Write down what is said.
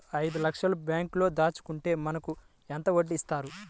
ఐదు లక్షల బ్యాంక్లో దాచుకుంటే మనకు ఎంత వడ్డీ ఇస్తారు?